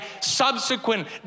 subsequent